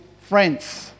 friends